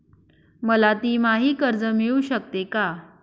मला तिमाही कर्ज मिळू शकते का?